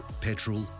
petrol